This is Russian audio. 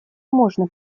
можно